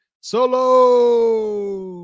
Solo